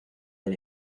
del